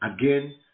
again